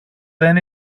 δεν